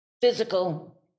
physical